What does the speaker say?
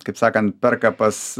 kaip sakant perka pas